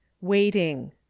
waiting